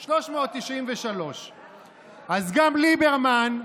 393. אז גם ליברמן,